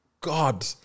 God